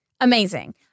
Amazing